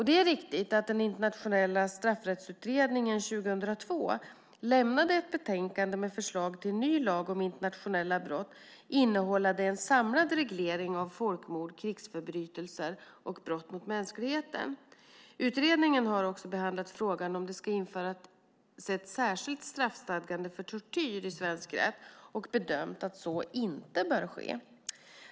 Det är riktigt att Internationella straffrättsutredningen 2002 lämnade ett betänkande med förslag till ny lag om internationella brott innehållande en samlad reglering av folkmord, krigsförbrytelser och brott mot mänskligheten. Utredningen har också behandlat frågan om det ska införas ett särskilt straffstadgande för tortyr i svensk rätt och bedömt att så inte bör ske.